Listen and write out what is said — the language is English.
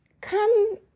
come